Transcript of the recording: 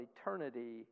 eternity